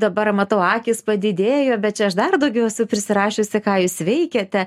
dabar matau akys padidėjo bet čia aš dar daugiau esu prisirašiusi ką jūs veikiate